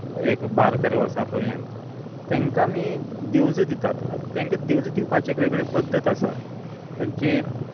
एक बारा तेरा वर्सा पर्यंत तेंकां आमी दिवजां दितात तेंकां दिवजां दिवपाची एक वेगळी पद्दत आसा तांची